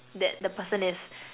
that the person is